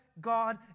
God